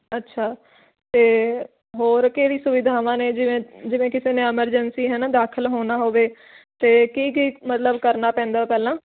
ਅੱਛਾ ਤੇ ਹੋਰ ਕਿਹੜੀ ਸੁਵਿਧਾਵਾਂ ਨੇ ਜਿਵੇਂ ਜਿਵੇਂ ਕਿਸੇ ਨੇ ਐਮਰਜੈਂਸੀ ਹੈਨਾ ਦਾਖਲ ਹੋਣਾ ਹੋਵੈ ਤੇ ਕੀ ਕੀ ਮਤਲਬ ਕਰਨਾ ਪੈਂਦਾ ਪਹਿਲਾਂ